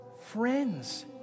friends